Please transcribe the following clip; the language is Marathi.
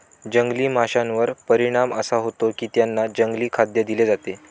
जंगली माशांवर परिणाम असा होतो की त्यांना जंगली खाद्य दिले जाते